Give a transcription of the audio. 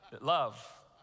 Love